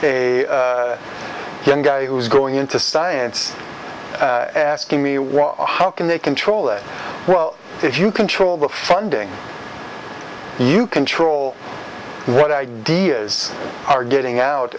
a young guy who was going into science asking me well how can they control that well if you control the funding you control what ideas are getting out